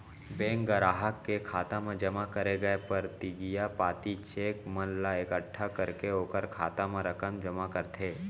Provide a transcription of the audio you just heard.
bank गराहक के खाता म जमा करे गय परतिगिया पाती, चेक मन ला एकट्ठा करके ओकर खाता म रकम जमा करथे